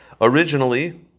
Originally